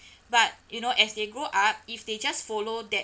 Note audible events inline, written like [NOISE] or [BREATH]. [BREATH] but you know as they grow up if they just follow that